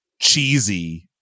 cheesy